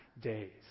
days